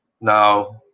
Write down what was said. Now